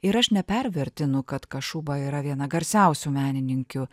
ir aš nepervertinu kad kašuba yra viena garsiausių menininkių